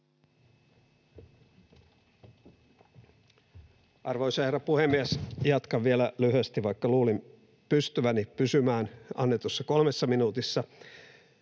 Arvoisa herra puhemies! Jatkan vielä lyhyesti, vaikka luulin pystyväni pysymään annetussa 3 minuutissa.